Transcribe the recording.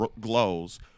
Glows